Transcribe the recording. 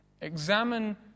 Examine